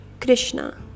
Krishna